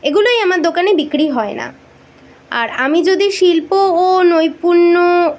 এগুলোই আমার দোকানে বিক্রি হয় না আর আমি যদি শিল্প ও নৈপুণ্য